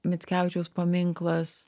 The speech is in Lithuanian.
mickevičiaus paminklas